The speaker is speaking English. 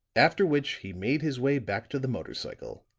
after which he made his way back to the motor cycle,